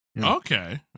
okay